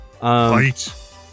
Fight